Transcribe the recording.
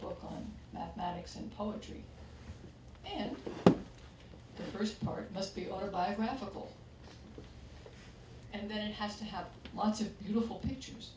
book on mathematics and poetry and the st part must be autobiographical and then has to have lots of beautiful pictures